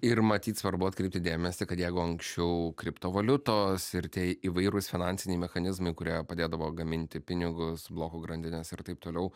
ir matyt svarbu atkreipti dėmesį kad jeigu anksčiau kriptovaliutos ir tie įvairūs finansiniai mechanizmai kurie padėdavo gaminti pinigus blokų grandines ir taip toliau